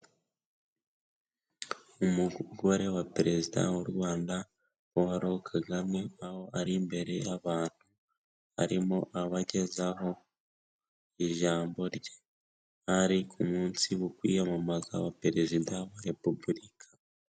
Umugore wa perezida w'u Rwanda Paul Kagame aho ari imbere y'abantu, arimo abagezaho ijambo rye, hari ku munsi wo kwiyamamaza wa Perezida wa Repubulika.